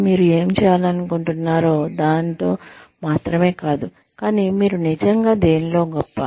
ఇది మీరు ఏమి చేయాలనుకుంటున్నారో దానిలో మాత్రమే కాదు కానీ మీరు నిజంగా దేనిలో గొప్ప